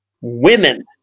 Women